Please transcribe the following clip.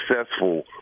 successful